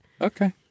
Okay